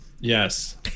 Yes